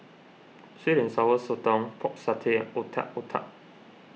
Sweet and Sour Sotong Pork Satay Otak Otak